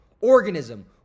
organism